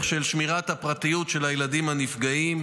של שמירת הפרטיות של הילדים הנפגעים,